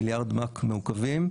מיליארד מ"ק מעוקבים.